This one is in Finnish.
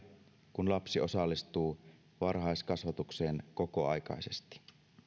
kun lapsi osallistuu varhaiskasvatukseen kokoaikaisesti